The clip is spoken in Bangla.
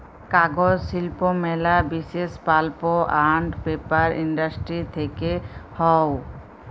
কাগজ শিল্প ম্যালা বিসেস পাল্প আন্ড পেপার ইন্ডাস্ট্রি থেক্যে হউ